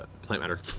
plant matter.